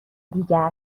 دیگر